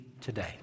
today